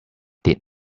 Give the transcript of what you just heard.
did